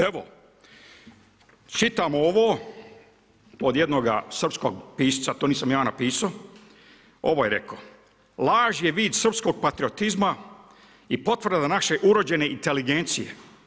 Evo, čitam ovo od jednog srpskog pisca, to nisam ja napisao, ovo je rekao, laž je vid srpskom patriotizma i potvrda na naše urođene inteligencije.